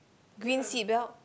green seatbelt